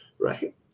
right